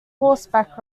horseback